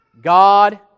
God